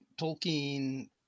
Tolkien